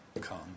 come